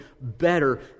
better